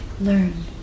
learn